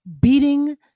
beating